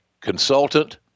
consultant